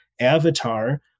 avatar